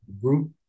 group